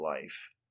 life